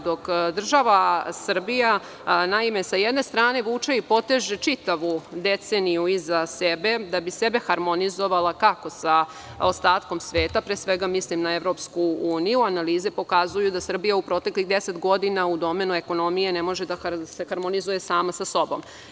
Dok država Srbija sa jedne strane vuče i poteže čitavu deceniju iza sebe, da bi sebe harmonizovala kako sa ostatkom sveta, pre svega mislim na EU, analize pokazuju da Srbija u proteklih 10 godina u domenu ekonomije ne može da se harmonizuje sama sa sobom.